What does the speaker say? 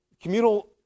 Communal